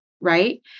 Right